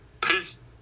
Peace